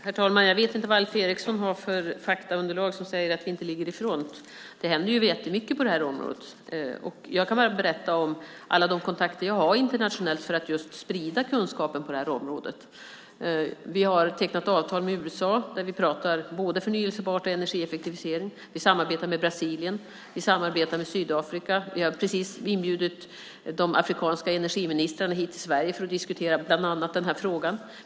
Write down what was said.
Herr talman! Jag vet inte vilka faktaunderlag Alf Eriksson har när han säger att vi inte ligger i fronten. Jättemycket händer ju på det här området. Jag kan berätta om alla de internationella kontakter som jag har just för att sprida kunskapen på det här området. Vi har tecknat avtal med USA och pratar där om både förnybart och energieffektivisering. Vi samarbetar med Brasilien. Vi samarbetar också med Sydafrika och har precis bjudit in de afrikanska energiministrarna till Sverige för att diskutera bland annat den här frågan.